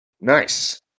Nice